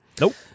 Nope